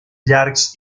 llargs